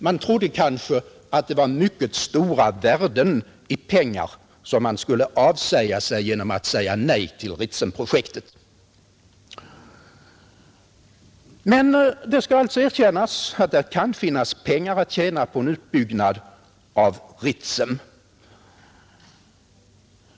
Man trodde kanske att det var mycket stora värden i pengar som man skulle avsäga sig genom att säga nej till Ritsemprojektet. Men det skall alltså erkännas att där kan finnas pengar att tjäna på en utbyggnad av Ritsem.